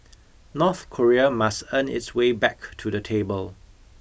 North Korea must earn its way back to the table